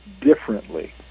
differently